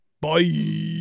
Bye